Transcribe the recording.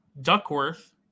Duckworth